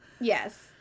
Yes